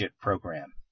program